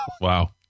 Wow